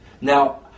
Now